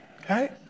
Okay